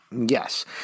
Yes